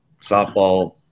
softball